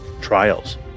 trials